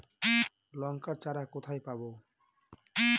লঙ্কার চারা কোথায় পাবো?